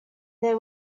there